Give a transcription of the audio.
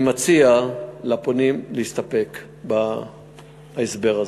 אני מציע לפונים להסתפק בהסבר הזה.